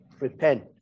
repent